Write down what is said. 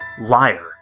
Liar